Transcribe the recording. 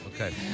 Okay